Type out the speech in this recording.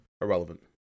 irrelevant